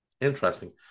interesting